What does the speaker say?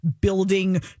building